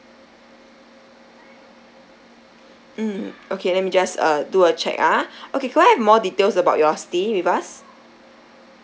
mm okay let me just uh do a check ah okay could I have more details about your stay with us